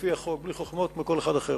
לפי החוק, בלי חוכמות, כמו כל אחד אחר.